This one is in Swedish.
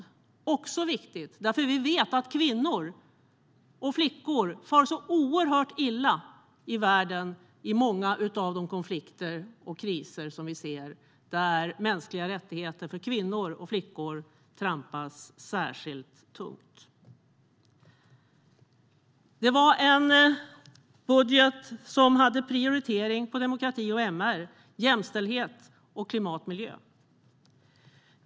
Det är också viktigt, för vi vet att kvinnor och flickor far så oerhört illa i världen i många av de konflikter och kriser vi ser där mänskliga rättigheter för kvinnor och flickor trampas på särskilt tungt. Det var en budget som hade prioritering på demokrati och MR, jämställdhet och klimat och miljö.